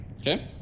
Okay